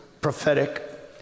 prophetic